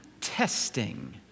Testing